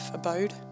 abode